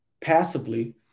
passively